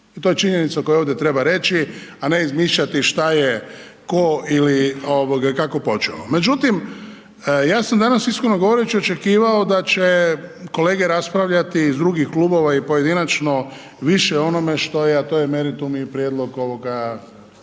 to je činjenica koju ovdje treba reći, a ne izmišljati šta je tko ili kako počeo. Međutim, ja sam danas, iskreno govoreći, očekivao da će kolege raspravljati iz drugih klubova i pojedinačno više o onome što je, a to je meritum i prijedlog ovoga,